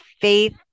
Faith